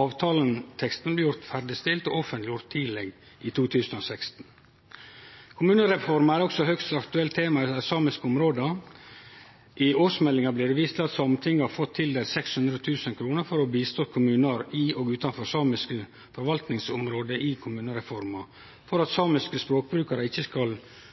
Avtaleteksten blir ferdigstilt og offentleggjord tidleg i 2016. Kommunereforma er òg eit høgst aktuelt tema i dei samiske områda. I årsmeldinga blir det vist til at Sametinget har fått tildelt 600 000 kr for å hjelpe kommunar i og utanfor samisk forvaltningsområde i kommunereforma, for at samiske språkbrukarar ikkje skal